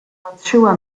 patrzyła